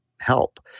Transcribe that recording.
help